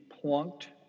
plunked